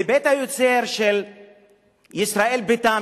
מבית היוצר של ישראל ביתם,